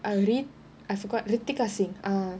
I read I forgot ritika singh err